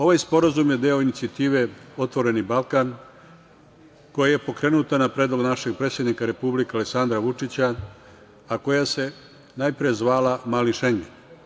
Ovaj sporazum je deo inicijative „Otvoreni Balkan“ koja je pokrenuta na predlog našeg predsednika Republike Aleksandra Vučića, a koja se najpre zvala „Mali Šengen“